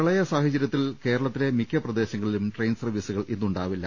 പ്രളയ സാഹചര്യത്തിൽ കേരളത്തിലെ മിക്ക പ്രദേശങ്ങ ളിലും ട്രെയിൻ സർവ്വീസുകൾ ഇന്നുണ്ടാവില്ല